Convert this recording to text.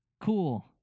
Cool